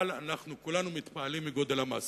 אבל אנחנו כולנו מתפעלים מגודל המס: